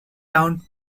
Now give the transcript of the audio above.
down